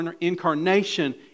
incarnation